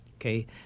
Okay